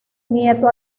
nieto